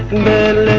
men